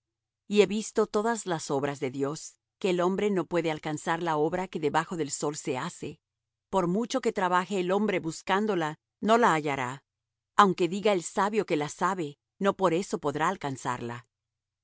y he visto todas las obras de dios que el hombre no puede alcanzar la obra que debajo del sol se hace por mucho que trabaje el hombre buscándola no la hallará aunque diga el sabio que la sabe no por eso podrá alcanzarla